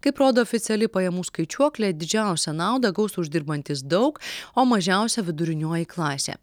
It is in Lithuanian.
kaip rodo oficiali pajamų skaičiuoklė didžiausią naudą gaus uždirbantys daug o mažiausią vidurinioji klasė